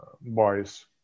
boys